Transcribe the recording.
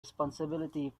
responsibility